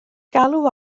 galw